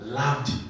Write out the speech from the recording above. loved